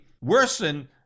worsen